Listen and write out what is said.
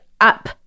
up